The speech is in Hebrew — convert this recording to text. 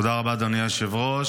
תודה רבה, אדוני היושב-ראש.